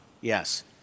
Yes